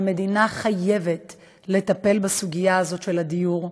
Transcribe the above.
המדינה חייבת לטפל בסוגיה הזאת, של הדיור,